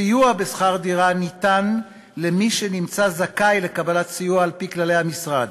סיוע בשכר דירה ניתן למי שנמצא זכאי לקבלת סיוע על-פי כללי המשרד.